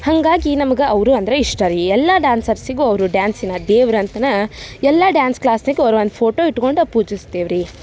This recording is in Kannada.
ಹಾಗಾಗಿ ನಮ್ಗೆ ಅವರು ಅಂದರೆ ಇಷ್ಟ ರೀ ಎಲ್ಲ ಡಾನ್ಸರ್ಸಿಗೂ ಅವರು ಡ್ಯಾನ್ಸಿನ ದೇವ್ರಂತನೇ ಎಲ್ಲ ಡ್ಯಾನ್ಸ್ ಕ್ಲಾಸಿಗೂ ಅವರ ಒಂದು ಫೋಟೋ ಇಟ್ಕೊಂಡೇ ಪೂಜಿಸ್ತೇವ್ರಿ